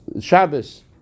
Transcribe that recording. Shabbos